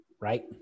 Right